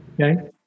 Okay